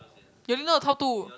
can we know the top two